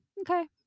okay